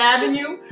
Avenue